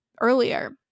earlier